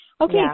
Okay